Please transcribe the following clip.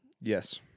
Yes